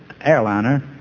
airliner